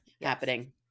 happening